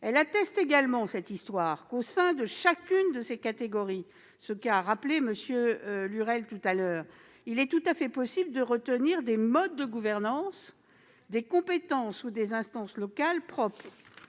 Elle atteste également qu'au sein de chacune de ces catégories, ce qu'a rappelé M. Lurel, il est tout à fait possible de retenir des modes de gouvernance, des compétences ou des instances locales propres.